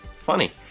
Funny